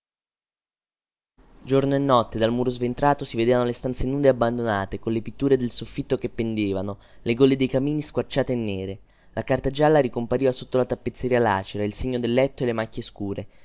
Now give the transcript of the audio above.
giorno e notte dal muro sventrato si vedevano le stanze nude e abbandonate colle pitture del soffitto che pendevano le gole dei camini squarciate e nere la carta gialla ricompariva sotto la tappezzeria lacera il segno del letto e le macchie scure